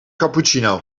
cappuccino